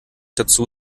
dazu